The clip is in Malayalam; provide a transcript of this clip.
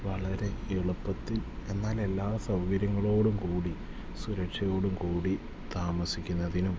വളരെ എളുപ്പത്തിൽ എന്നാൽ എല്ലാ സൗകര്യങ്ങളോടു കൂടി സുരക്ഷയോടു കൂടി താമസിക്കുന്നതിനും